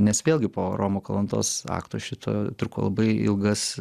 nes vėlgi po romo kalantos akto šito truko labai ilgas